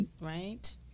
right